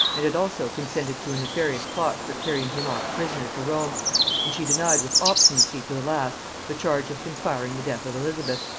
and had also consented to a nefarious plot for carrying him off prisoner to rome and she denied with obstinacy to the last the charge of conspiring the death of elizabeth,